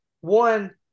one